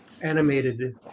animated